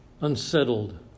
unsettled